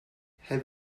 have